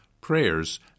prayers